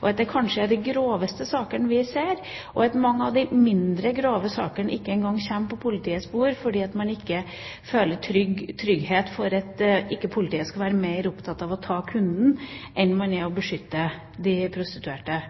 og at det kanskje er de groveste sakene vi ser, og at mange av de mindre grove sakene ikke engang kommer på politiets bord fordi man ikke føler trygghet for at politiet ikke skal være mer opptatt av å ta kunden enn av å beskytte de prostituerte.